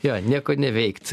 jo nieko neveikti